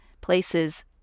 places